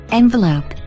envelope